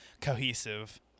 cohesive